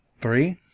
Three